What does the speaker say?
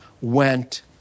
went